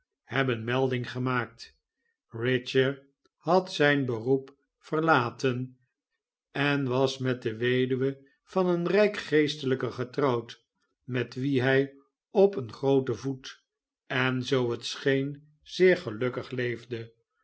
hebbon melding gemaakt richer had zijn beroep verlaten en was met de weduwe van een rijk geestelijke getrouwd met wie hij op een grooten voet en zoo het scheen zeer gelukkig leefde